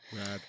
Right